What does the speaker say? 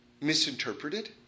misinterpreted